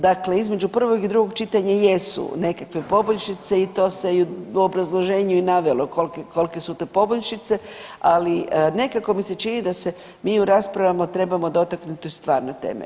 Dakle, između prvog i drugog čitanja jesu nekakve poboljšice i to se i u obrazloženju i navelo kolke su to poboljšice, ali nekako mi se čini da se mi u raspravama moramo dotaknuti stvarne teme.